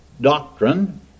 doctrine